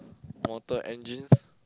Mortal Engines